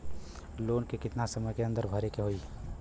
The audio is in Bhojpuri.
लोन के कितना समय के अंदर भरे के होई?